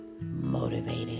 motivated